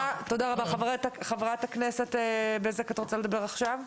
רבה חברת הכנסת בזק, את רוצה לדבר עכשיו?